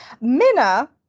Minna